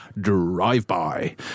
Drive-By